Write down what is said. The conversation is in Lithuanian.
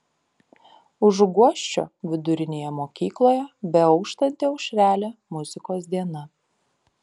užuguosčio vidurinėje mokykloje beauštanti aušrelė muzikos diena